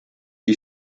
die